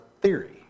theory